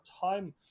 time